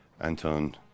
Anton